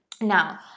Now